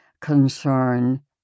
concern